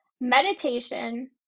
meditation